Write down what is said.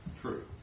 true